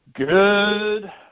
good